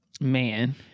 man